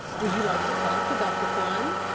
would you like to talk to dr. thun?